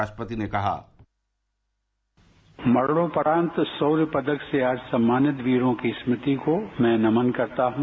राष्ट्रपति ने कहा मरणोप्रान्त शौर्य पदक से आज सम्मानित वीरों के स्मृति को मैं नमन करता हूं